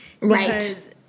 Right